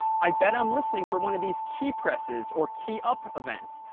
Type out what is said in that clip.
i bet i'm listening for one of these key presses or key up events,